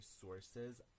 sources